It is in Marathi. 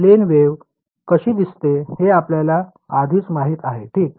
प्लेन वेव्ह कशी दिसते हे आपल्याला आधीच माहित आहे ठीक